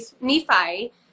Nephi